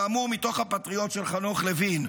כאמור מתוך "הפטריוט" של חנוך לוין.